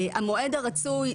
המועד הרצוי,